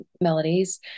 melodies